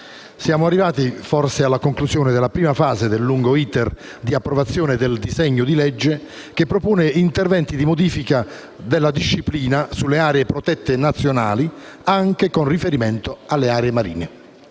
siamo arrivati, forse, alla conclusione della prima fase del lungo *iter* di approvazione del disegno di legge che propone interventi di modifica della disciplina sulle aree protette nazionali anche con riferimento alle aree marine.